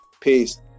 peace